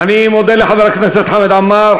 אני מודה לחבר הכנסת חמד עמאר.